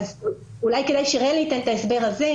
אולי כדאי שרלי ייתן את ההסבר הזה,